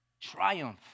triumph